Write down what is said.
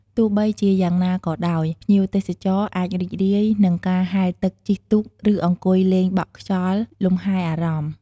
ទោះបីជាយ៉ាងណាក៏ដោយភ្ញៀវទេសចរអាចរីករាយ នឹងការហែលទឹក ជិះទូក ឬអង្គុយលេងបក់ខ្យល់លម្ហែអារម្មណ៍។